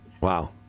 Wow